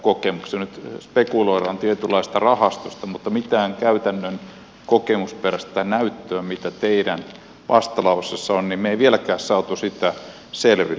nyt spekuloidaan tietynlaisesta rahastosta mutta mitään käytännön kokemusperäistä näyttöä mitä teidän vastalauseessanne on emme ole vieläkään saaneet selville